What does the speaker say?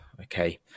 Okay